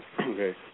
Okay